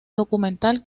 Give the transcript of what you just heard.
documental